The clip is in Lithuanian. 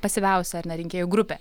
pasyviausia ar ne rinkėjų grupė